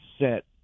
set